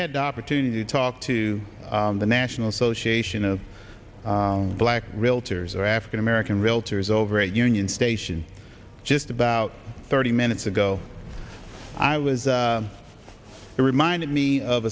had the opportunity to talk to the national association of black realtors or african american realtors over a union station just about thirty minutes ago i was there reminded me of